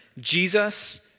Jesus